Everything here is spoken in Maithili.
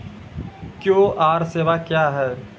क्यू.आर सेवा क्या हैं?